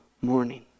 morning